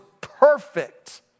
perfect